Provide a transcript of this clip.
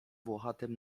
włochatym